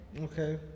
Okay